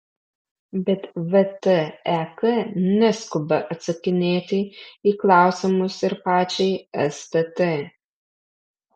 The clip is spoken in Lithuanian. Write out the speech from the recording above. bet vtek neskuba atsakinėti į klausimus ir pačiai stt